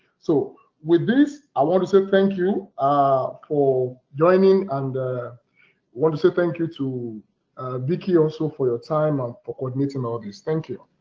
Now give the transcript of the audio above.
so with this i want to say thank you ah for joining and want to say thank you to vickie also for your time and ah for coordinating all this. thank you.